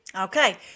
Okay